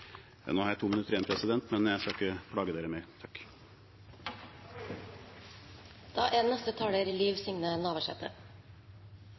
Nå har jeg to minutter igjen, men jeg skal ikke plage dere mer. Eg vil starte med å takke statsråden for ei brei og god utgreiing. Det er